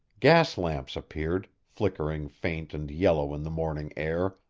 gas-lamps appeared, flickering faint and yellow in the morning air,